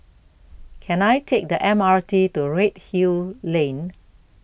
Can I Take The M R T to Redhill Lane